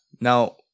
now